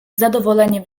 zadowolenie